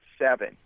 seven